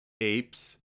apes